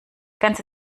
ganze